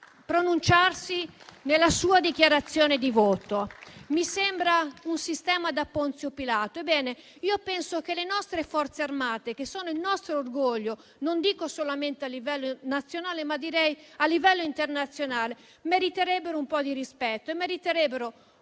pronunciarsi in dichiarazione di voto. Mi sembra un sistema da Ponzio Pilato. Io penso che le nostre Forze armate, che sono il nostro orgoglio, non solamente a livello nazionale, ma a livello internazionale, meriterebbero un po' di rispetto e meriterebbero,